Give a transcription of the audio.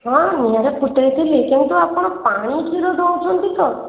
ହଁ ନିଆଁରେ ଫୁଟାଇଥିଲି କିନ୍ତୁ ଆପଣ ପାଣି କ୍ଷୀର ଦେଉଛନ୍ତି ତ